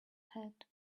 hat